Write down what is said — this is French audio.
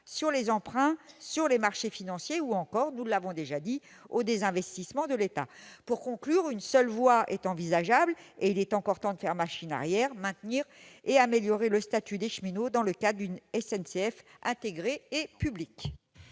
emprunts contractés sur les marchés financiers, ou encore, nous l'avons déjà dit, du désinvestissement de l'État. Pour conclure, une seule voie est envisageable et il est encore temps de faire machine arrière pour maintenir et améliorer le statut des cheminots dans le cadre d'une SNCF intégrée et publique.